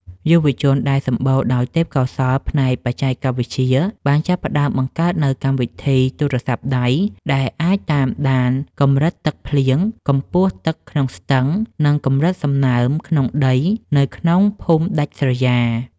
យុវជនដែលសម្បូរដោយទេពកោសល្យផ្នែកបច្ចេកវិទ្យា បានចាប់ផ្ដើមបង្កើតនូវកម្មវិធីទូរស័ព្ទដៃ ដែលអាចតាមដានកម្រិតទឹកភ្លៀង កម្ពស់ទឹកក្នុងស្ទឹង និងកម្រិតសំណើមក្នុងដីនៅក្នុងភូមិដាច់ស្រយាល។